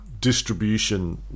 distribution